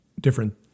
different